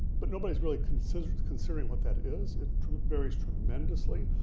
but nobody's really considering considering what that is. it varies tremendously.